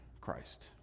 Christ